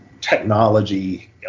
technology